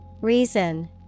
Reason